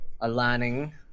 aligning